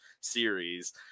series